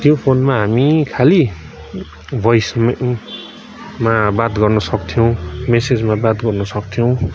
त्यो फोनमा हामी खालि भोइस मा बात गर्नुसक्थ्यौँ मेसेजमा बात गर्नुसक्थ्यौँ